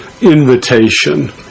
invitation